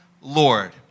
Lord